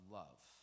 love